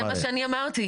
זה מה שאני אמרתי.